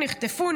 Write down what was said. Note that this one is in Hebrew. נחטפו,